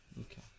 Okay